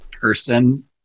person